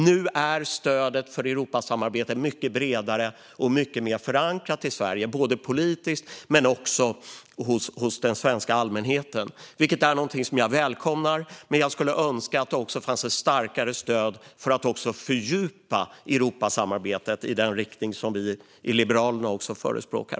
Nu är stödet för Europasamarbetet mycket bredare och mycket mer förankrat i Sverige, både politiskt och hos den svenska allmänheten. Detta är något jag välkomnar, men jag skulle önska att det också fanns ett starkare stöd för att fördjupa Europasamarbetet i den riktning som vi i Liberalerna förespråkar.